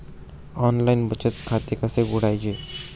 Online बचत खाते कसे उघडायचे?